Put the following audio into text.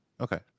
Okay